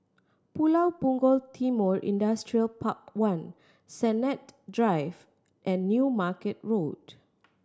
Pulau Punggol Timor Industrial Park One Sennett Drive and New Market Road